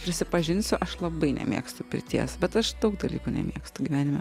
prisipažinsiu aš labai nemėgstu peties bet aš daug dalykų nemėgstu gyvenime